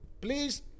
Please